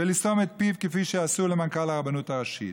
ולסתום את פיו כפי שעשו למנכ"ל הרבנות הראשית.